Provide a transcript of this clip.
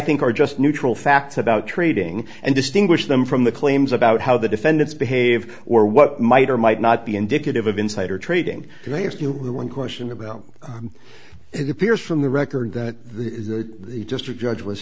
think are just neutral facts about trading and distinguish them from the claims about how the defendants behave or what might or might not be indicative of insider trading and they ask you one question about it appears from the record the district judge was